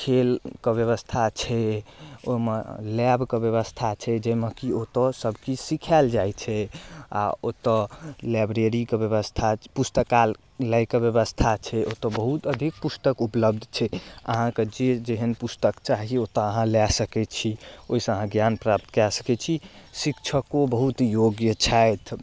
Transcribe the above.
खेलके व्यवस्था छै ओइमे लैबके व्यवस्था छै जाहिमे की ओतऽ सबकिछु सिखायल जाइ छै आओर ओतऽ लाइब्रेरीके व्यवस्था पुस्तकालयके व्यवस्था छै ओतऽ बहुत अधिक पुस्तक उपलब्ध छै अहाँके जे जेहन पुस्तक चाही ओतऽ अहाँ लए सकै छी ओइसँ अहाँ ज्ञान प्राप्त कए सकै छी शिक्षको बहुत योग्य छथि